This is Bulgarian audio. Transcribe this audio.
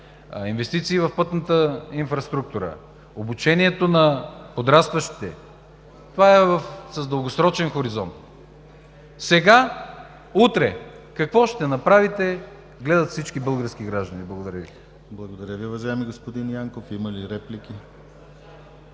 инвестиции в пътната инфраструктура, обучението на подрастващите, това е с дългосрочен хоризонт. Сега, утре, какво ще направите, гледат всички български граждани. Благодаря Ви. ПРЕДСЕДАТЕЛ ДИМИТЪР ГЛАВЧЕВ: Благодаря Ви, уважаеми господин Янков. Има ли реплики?